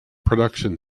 production